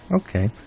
Okay